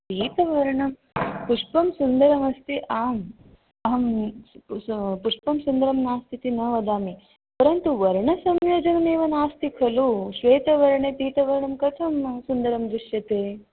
पीतवर्णं पुष्पं सुन्दरम् अस्ति आम् अहं पुष्पं सुन्दरं नास्ति इति न वदामि परन्तु वर्णसंयोजनमेव नास्ति खलु श्वेतवर्णे पीतवर्णं कथं सुन्दरं दृश्यते